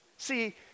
See